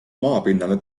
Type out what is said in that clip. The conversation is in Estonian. maapinnale